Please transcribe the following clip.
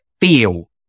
feel